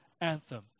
anthem